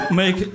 make